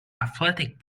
athletic